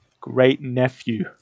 great-nephew